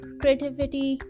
creativity